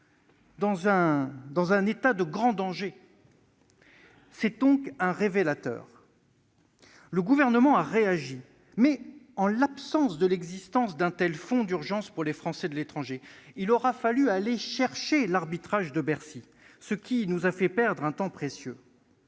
dans un état de grand danger. C'est un révélateur. Le Gouvernement a réagi, mais en l'absence d'un fonds d'urgence pour les Français de l'étranger, il aura fallu aller chercher l'arbitrage de Bercy, ce qui nous a fait perdre un temps précieux.